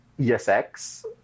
ESX